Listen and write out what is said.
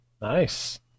Nice